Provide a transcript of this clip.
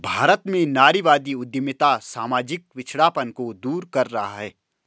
भारत में नारीवादी उद्यमिता सामाजिक पिछड़ापन को दूर कर रहा है